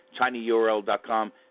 tinyurl.com